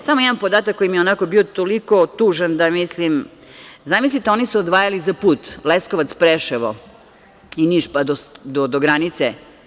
Samo jedan podatak koji mi je onako bio toliko tužan da mislim, zamislite oni su odvajali za put Leskovac-Preševo-Niš pa do granice.